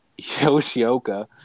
Yoshioka